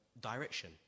direction